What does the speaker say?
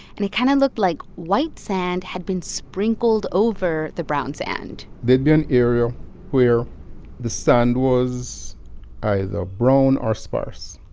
and it kind of looked like white sand had been sprinkled over the brown sand there'd be an area where the sand was either brown or sparse,